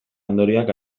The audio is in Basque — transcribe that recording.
ondorioak